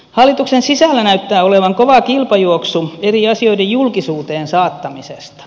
hallituksen sisällä näyttää olevan kova kilpajuoksu eri asioiden julkisuuteen saattamisesta